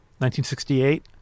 1968